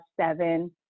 seven